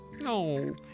No